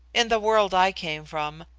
in the world i came from,